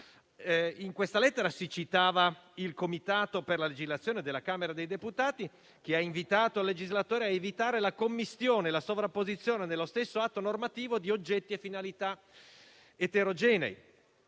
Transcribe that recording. In quella lettera si citava il Comitato per la legislazione della Camera dei deputati, che ha invitato il legislatore a evitare la commistione e la sovrapposizione nello stesso atto normativo di oggetti e finalità eterogenei.